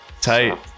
Tight